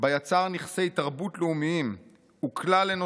בה יצר נכסי תרבות לאומיים וכלל-אנושיים